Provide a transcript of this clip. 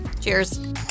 Cheers